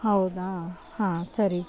ಹೌದಾ ಹಾಂ ಸರಿ